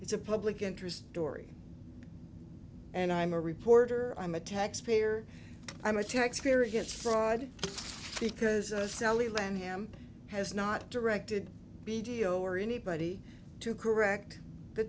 it's a public interest story and i'm a reporter i'm a taxpayer i'm a taxpayer against fraud because sally lam him has not directed biggio or anybody to correct the